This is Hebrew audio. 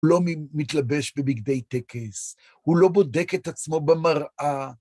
לא מתלבש בבגדי טקס, הוא לא בודק את עצמו במראה.